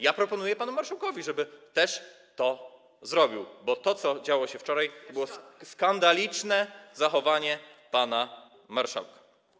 Ja proponuję panu marszałkowi, żeby też to zrobił, bo to, co działo się wczoraj, było skandalicznym zachowaniem pana marszałka.